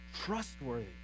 trustworthy